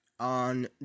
On